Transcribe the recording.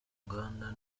nganda